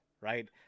right